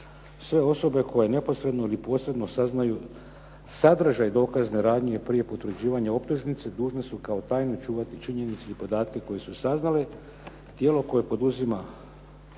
sve osobe koje neposredno ili posredno saznaju sadržaj dokazne radnje i prije potvrđivanja optužnice dužni su kao tajnu čuvati činjenice i podatke koje su saznali. Tijelo koje poduzima